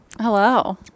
Hello